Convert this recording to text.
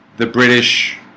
the british